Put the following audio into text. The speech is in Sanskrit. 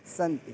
सन्ति